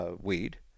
weed